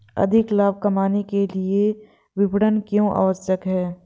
अधिक लाभ कमाने के लिए विपणन क्यो आवश्यक है?